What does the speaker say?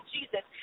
Jesus